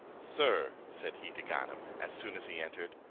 sir, said he to ganem, as soon as he entered,